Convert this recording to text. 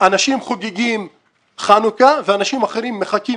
אנשים חוגגים חנוכה ואנשים אחרים מחכים